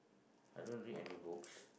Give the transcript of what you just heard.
I don't read any books